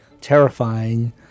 terrifying